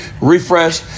refresh